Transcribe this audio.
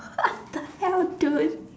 waht the hell dude